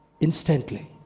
instantly